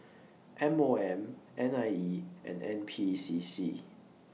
M O M N I E and N P C C